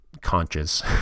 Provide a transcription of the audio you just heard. conscious